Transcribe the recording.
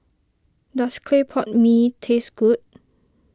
does Clay Pot Mee taste good